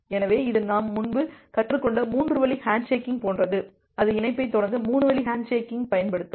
எனவே இது நாம் முன்பு கற்றுக்கொண்ட 3 வழி ஹேண்ட்ஷேக்கிங் போன்றது அது இணைப்பைத் தொடங்க 3 வழி ஹேண்ட்ஷேக்கிங் பயன்படுத்தும்